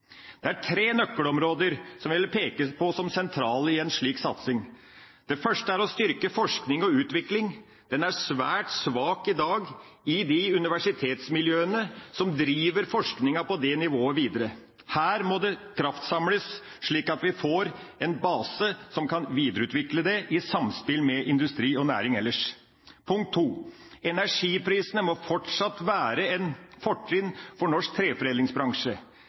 Det er tre nøkkelområder som jeg vil peke på som sentrale i en slik satsing. Det første er å styrke forskning og utvikling. Det er svært svakt i dag i de universitetsmiljøene som driver forskninga på det nivået videre. Her må det kraftsamles, slik at vi får en base som kan videreutvikle dette i samspill med industri og næring ellers. Punkt 2: Energiprisene må fortsatt være et fortrinn for norsk treforedlingsbransje.